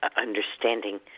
understanding